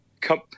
come